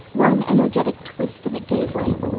one energetic twist and it gave way.